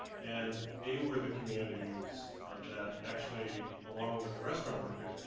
and they were the communities that actually, along with the restaurant workers,